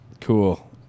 cool